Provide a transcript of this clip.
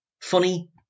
funny